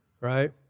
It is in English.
Right